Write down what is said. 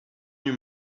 your